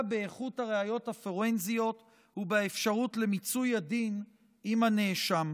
באיכות הראיות הפורנזיות ובאפשרות למיצוי הדין עם הנאשם.